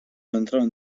entraven